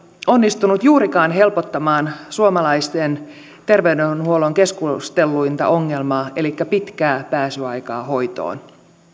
onnistunut juurikaan helpottamaan suomalaisen terveydenhuollon keskustelluinta ongelmaa elikkä pitkää pääsyaikaa hoitoon